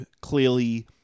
clearly